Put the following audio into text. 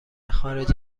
خارج